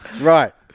Right